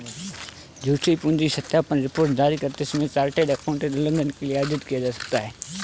झूठी पूंजी सत्यापन रिपोर्ट जारी करते समय चार्टर्ड एकाउंटेंट उल्लंघन के लिए आयोजित किया गया